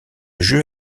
jeu